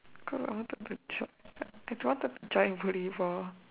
cause I wanted to drop I don't want to join volleyball